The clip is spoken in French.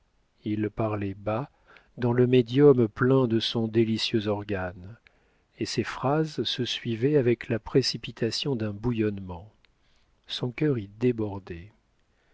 il parlait bas dans le médium plein de son délicieux organe et ses phrases se suivaient avec la précipitation d'un bouillonnement son cœur y débordait